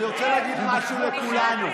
אני רוצה להגיד משהו לכולנו.